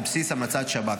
על בסיס המלצת שב"כ.